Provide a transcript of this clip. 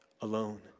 alone